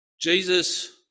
Jesus